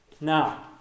Now